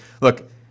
Look